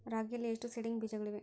ರಾಗಿಯಲ್ಲಿ ಎಷ್ಟು ಸೇಡಿಂಗ್ ಬೇಜಗಳಿವೆ?